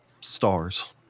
stars